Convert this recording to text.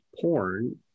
porn